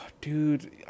Dude